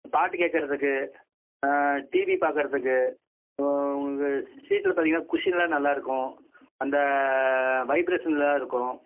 பாட்டு கேட்கறதுக்கு டிவி பார்க்கறதுக்கு ஆ உங்களுக்கு சீட்டு தனியாக குஷ்ஷினெலாம் நல்லா இருக்கும் அந்த வைப்ரேசனில் தான் இருக்கும்